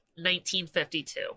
1952